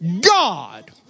God